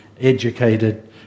educated